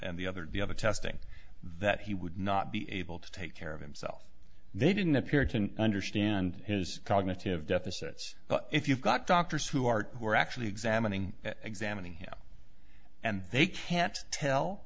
and the other the other testing that he would not be able to take care of himself they didn't appear to understand his cognitive deficits but if you've got doctors who art who are actually examining examining him and they can't tell